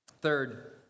third